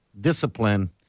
Discipline